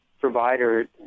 provider